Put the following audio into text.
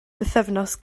bythefnos